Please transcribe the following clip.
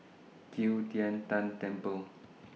Qi Tian Tan Temple